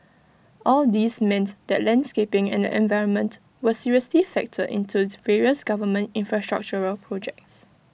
all these meant that landscaping and the environment were seriously factored into various government infrastructural projects